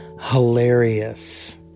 hilarious